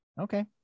Okay